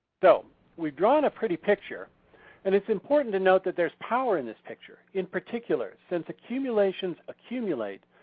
so we've drawn a pretty picture and it's important to note that there's power in this picture. in particular since accumulations accumulate,